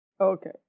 Okay